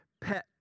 pet